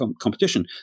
competition